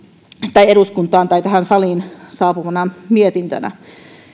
tai eduskuntaan tai tähän saliin saapuvana mietintönä